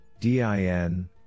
DIN